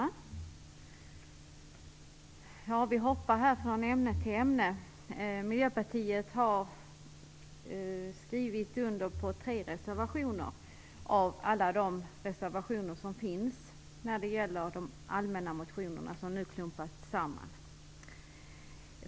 Fru talman! Vi hoppar här från ämne till ämne. Miljöpartiet har skrivit under tre av alla de reservationer som finns när det gäller motionerna från allmänna motionstiden, som nu klumpas samman.